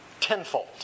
tenfold